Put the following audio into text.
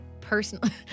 personally